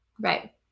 Right